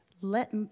Let